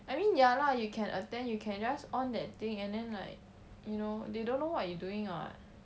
I mean ya lah you can attend you can just on that thing and then like you know they don't know what you doing [what]